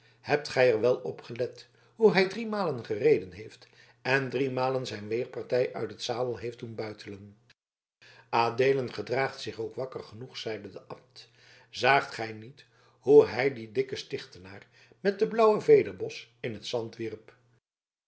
hebt gij er wel op gelet hoe hij driemalen gereden heeft en driemalen zijn weerpartijder uit den zadel heeft doen buitelen adeelen gedraagt zich ook wakker genoeg zeide de abt zaagt gij niet hoe hij dien dikken stichtenaar met den blauwen vederbos in het zand